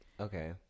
okay